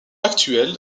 actuel